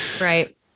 Right